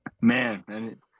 man